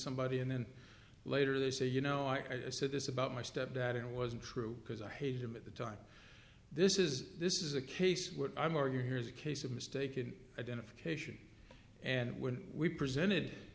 somebody and then later they say you know i said this about my stepdad it wasn't true because i hated him at the time this is this is a case what i'm arguing here is a case of mistaken identity cation and when we presented